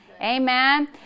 Amen